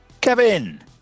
Kevin